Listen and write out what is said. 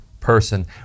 person